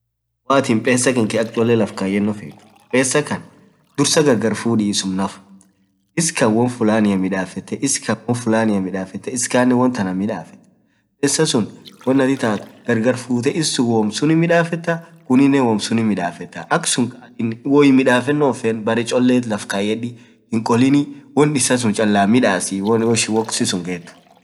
oboless pesa kankee malatin akk cholle laff kaeno feet, pesaa kaan dursaa gargar fuudii issum naaf iss kan won fulanian midafetee, iss kan wonfulanian midasite, iss kaanen woan tanaan midafetta.pesa sun gargaraa futee iskanen woan sunin midafetaa, pesa atin woyin midafeno hinfedin bare chollet oll kayeta, hinkolini woan issa sun chalaan midaasi ho woaktii suun geet.